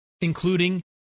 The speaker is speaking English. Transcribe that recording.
including